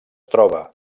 troba